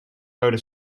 rode